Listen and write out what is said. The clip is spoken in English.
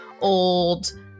old